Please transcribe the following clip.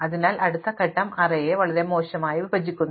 അതിനാൽ അടുത്ത ഘട്ടം അറേയെ വളരെ മോശമായി വിഭജിക്കുന്നു